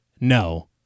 No